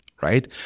right